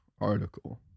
article